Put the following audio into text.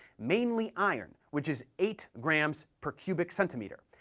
mainly iron, which is eight grams per cubic centimeter,